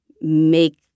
make